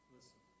Listen